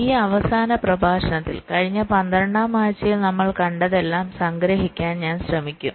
ഈ അവസാന പ്രഭാഷണത്തിൽ കഴിഞ്ഞ 12 ാം ആഴ്ചയിൽ നമ്മൾ കണ്ടതെല്ലാം സംഗ്രഹിക്കാൻ ഞാൻ ശ്രമിക്കും